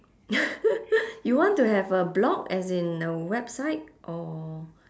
you want to have a blog as in a website or